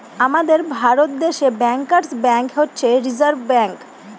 আমাদের ভারত দেশে bankers bank হচ্ছে রিসার্ভ ব্যাঙ্ক